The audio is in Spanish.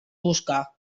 busca